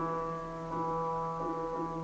oh